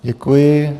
Děkuji.